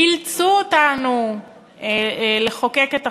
אילצו אותנו לחוקק את החוק.